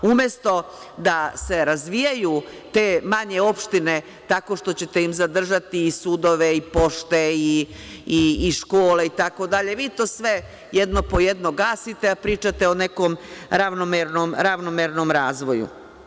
Umesto da se razvijaju te manje opštine tako što ćete im zadržati i sudove i pošte i škole itd. vi to sve jedno po jedno gasite, a pričate o nekom ravnomernom razvoju.